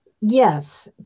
Yes